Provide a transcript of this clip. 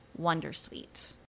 wondersuite